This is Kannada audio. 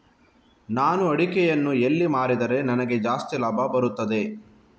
ನಾನು ಅಡಿಕೆಯನ್ನು ಎಲ್ಲಿ ಮಾರಿದರೆ ನನಗೆ ಜಾಸ್ತಿ ಲಾಭ ಬರುತ್ತದೆ?